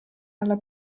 alla